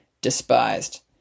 despised